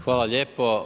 Hvala lijepo.